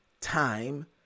time